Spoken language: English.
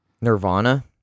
Nirvana